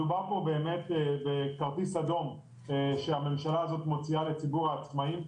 מדובר פה באמת בכרטיס אדום שהממשלה הזאת מוציאה לציבור העצמאים.